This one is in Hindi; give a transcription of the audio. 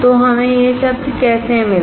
तो हमें यह शब्द कैसे मिला